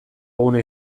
eguna